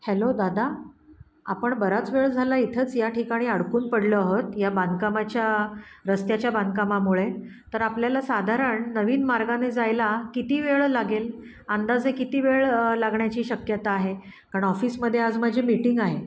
hello दादा आपण बराच वेळ झाला इथंच या ठिकाणी अडकून पडलो आहोत या बांधकामाच्या रस्त्याच्या बांधकामामुळे तर आपल्याला साधारण नवीन मार्गाने जायला किती वेळ लागेल अंदाजे किती वेळ लागण्याची शक्यता आहे कारण ऑफिसमध्ये आज माझी मीटिंग आहे